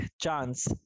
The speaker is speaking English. chance